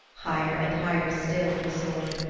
higher and higher still he soared.